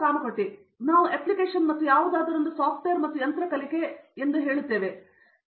ಕಾಮಕೋಟಿ ಸ್ವಲ್ಪ ಸಮಯದ ನಂತರ ನಾವು ಅಪ್ಲಿಕೇಶನ್ ಮತ್ತು ಯಾವುದಾದರೊಂದು ಸಾಫ್ಟ್ವೇರ್ ಮತ್ತು ಯಂತ್ರ ಕಲಿಕೆ ಮತ್ತು ಈ ಎಲ್ಲ ಕೊನೆಗಳಲ್ಲಿ ಏನನ್ನಾದರೂ ಒಳಗೊಂಡಿದೆ